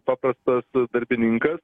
paprastas darbininkas